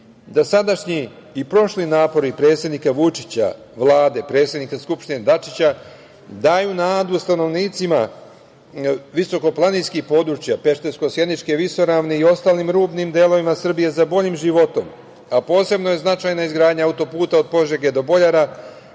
da sadašnji i prošli napori predsednika Vučića, Vlade, predsednika Skupštine Dačića, daju nadu stanovnicima visokoplaninskih područja, Pešterskosjeničke visoravni i ostalim rubnim delovima Srbije za boljim životom, a posebno je značajna izgradnja autoputa od Požege do Boljara,